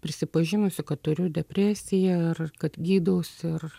prisipažinusi kad turiu depresiją ir kad gydausi ir